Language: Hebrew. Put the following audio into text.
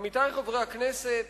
עמיתי חברי הכנסת,